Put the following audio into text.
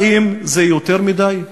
האם זה יותר מדי?